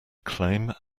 claim